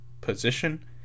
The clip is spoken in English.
position